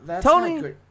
Tony